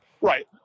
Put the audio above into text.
Right